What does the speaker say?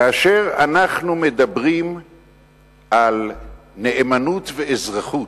כאשר אנחנו מדברים על נאמנות ואזרחות,